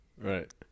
right